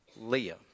Leah